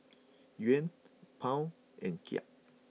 Yuan Pound and Kyat